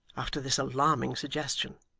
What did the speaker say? after this alarming suggestion.